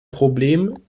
problem